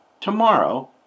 tomorrow